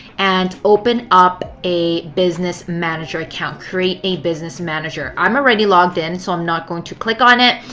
and open up a business manager account, create a business manager. i am already logged in so i am not going to click on it.